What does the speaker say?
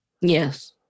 Yes